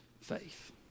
faith